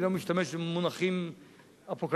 אני לא משתמש במונחים אפוקליפטיים,